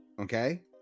okay